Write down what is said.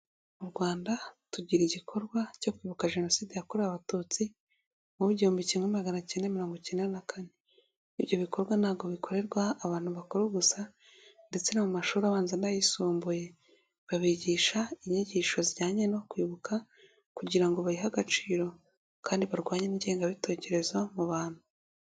Mu Rwanda tugira igikorwa cyo kwibuka Jenoside yakorewe Abatutsi muw'igihumbi kimwe, maganacyenda mirongocyenda na kane, ibyo bikorwa ntabwo bikorerwa abantu bakora gusa ndetse no mu mashuri abanza n'ayisumbuye babigisha inyigisho zijyanye no kwibuka kugira bayihe agaciro kandi barwanye ingengabitekerezo mu bantu.